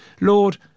Lord